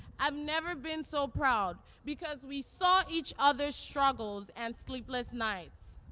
i've never been so proud, because we saw each other's struggles and sleepless nights.